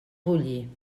bullir